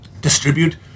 distribute